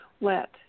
let